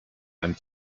einem